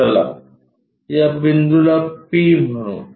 चला या बिंदूला p म्हणू